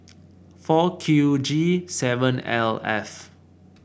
four Q G seven L F